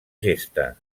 gesta